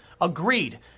agreed